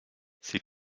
ces